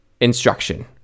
instruction